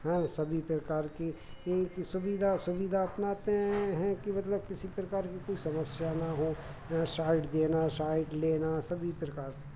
हाँ सभी प्रकार की कि सुविधा सुविधा अपनाते हैं कि मतलब किसी प्रकार की कोई समस्या ना हो या साइड देना साइड लेना सभी प्रकार से